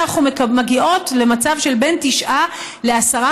אנחנו מגיעות למצב של בין תשעה לעשרה